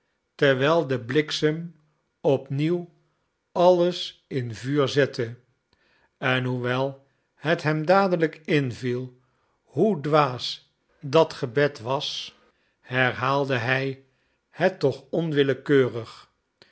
terwijl de bliksem op nieuw alles in vuur zette en hoewel het hem dadelijk inviel hoe dwaas dat gebed was herhaalde hij het toch onwillekeurig